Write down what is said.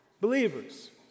Believers